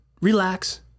Relax